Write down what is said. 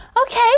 Okay